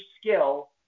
skill